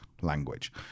language